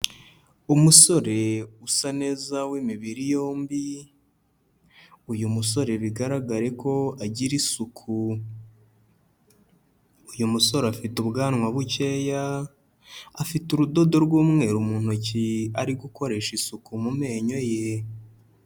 Umusore usa neza w'imibiri yombi, uyu musore bigaragare ko agira isuku, uyu musore afite ubwanwa bukeya, afite urudodo rw'umweru mu ntoki ari gukoresha isuku mu menyo ye.